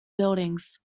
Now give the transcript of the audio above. buildings